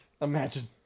Imagine